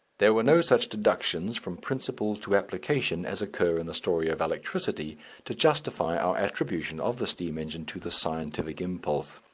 there were no such deductions from principles to application as occur in the story of electricity to justify our attribution of the steam engine to the scientific impulse.